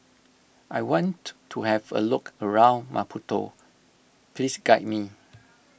I want to have a look around Maputo please guide me